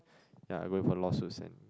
ya I go with a lost Shu-Xian